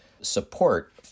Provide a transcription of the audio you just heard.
support